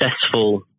successful